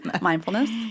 mindfulness